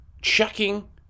checking